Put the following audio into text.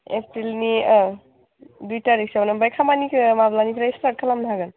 एप्रिलनि ओं दुइ तारिकसोआवन ओमफ्राय खामानिखौ माब्लानिफ्राय स्टार्ट खालामनो हागोन